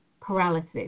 paralysis